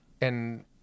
And-